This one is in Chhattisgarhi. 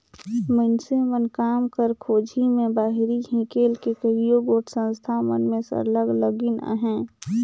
मइनसे मन काम कर खोझी में बाहिरे हिंकेल के कइयो गोट संस्था मन में सरलग लगिन अहें